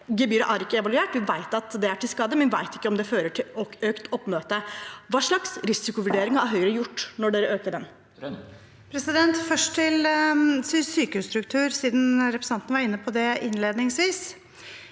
Gebyret er ikke evaluert, vi vet at det er til skade, men vi vet ikke om det fører til økt oppmøte. Hva slags risikovurderinger har Høyre gjort når partiet øker det? Tone Wilhelmsen Trøen (H) Først til sy- kehusstruktur siden representanten var inne på det innledningsvis.